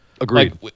Agreed